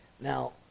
Now